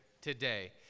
today